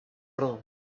frañs